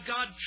God